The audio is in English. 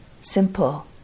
simple